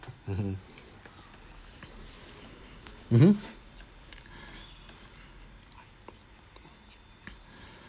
mmhmm mmhmm